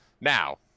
Now